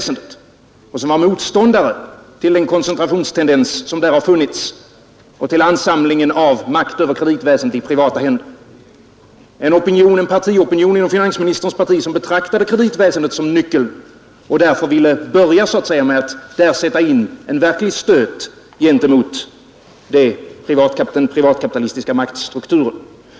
Denna opinion gick mot den koncentrationstendens som funnits och mot ansamlingen av makt i privata händer över kreditväsendet. Det var en opinion inom finansministerns eget parti som betraktade kreditväsendet som nyckeln och därför ville börja med att där sätta in en verklig stöt mot den privatkapitalistiska maktstrukturen.